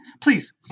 please